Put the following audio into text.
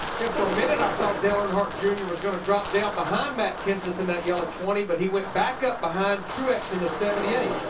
yeah, for a minute i thought dale earnhardt jr. was going to drop down behind matt kenseth in that yellow twenty but he went back up behind truex in the seventy eight.